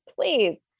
please